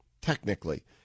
Technically